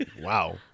Wow